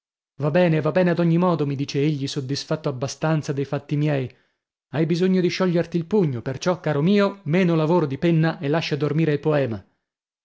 va bene va bene ad ogni modo mi dice egli soddisfatto abbastanza dei fatti miei hai bisogno di scioglierti il pugno perciò caro mio meno lavoro di penna e lascia dormire il poema